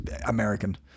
American